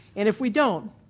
and if we don't,